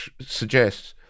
suggests